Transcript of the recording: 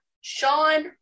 Sean